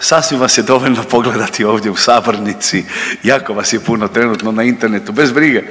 Sasvim vas je dovoljno pogledati ovdje u sabornici jako vas je puno trenutno na internetu, bez brige